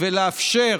ולאפשר